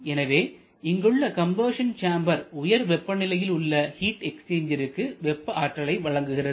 எனவே இங்குள்ள combustion chamber உயர் வெப்பநிலையில் உள்ள ஹீட் எக்ஸ்சேஞ்சருக்கு வெப்ப ஆற்றலை வழங்குகிறது